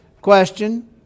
question